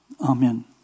Amen